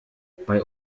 bei